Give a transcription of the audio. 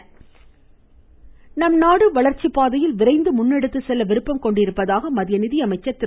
அருண்ஜேட்லி நம்நாடு வளர்ச்சிப்பாதையில் விரைந்து முன்னெடுத்துச் செல்ல விருப்பம் கொண்டிருப்பதாக மத்திய நிதியமைச்சர் திரு